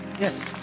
Yes